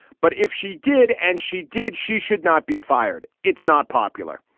but if she did and she did, she should not be fired. it's not popular.